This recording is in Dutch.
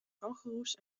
kangoeroes